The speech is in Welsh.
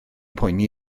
poeni